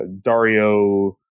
Dario